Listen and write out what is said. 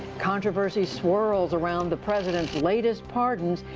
controversy swirls around the president's latest pardons,